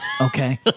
Okay